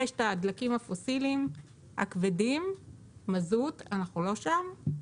יש את הדלקים הפוסיליים הכבדים, אנחנו לא שם,